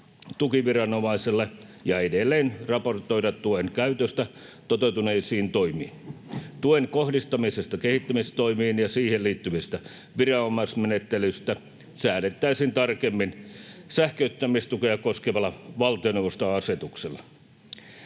tukiviranomaisella ja edelleen raportoida tuen käytöstä toteutuneisiin toimiin. Tuen kohdistamisesta kehittämistoimiin ja siihen liittyvästä viranomaismenettelystä säädettäisiin tarkemmin sähköistämistukea koskevalla valtioneuvoston asetuksella.